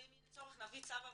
ואם יהיה צורך נביא צו הבאה,